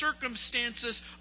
circumstances